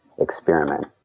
experiment